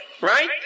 Right